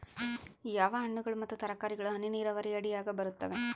ಯಾವ ಹಣ್ಣುಗಳು ಮತ್ತು ತರಕಾರಿಗಳು ಹನಿ ನೇರಾವರಿ ಅಡಿಯಾಗ ಬರುತ್ತವೆ?